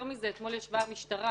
יותר מזה, אתמול ישבה פה המשטרה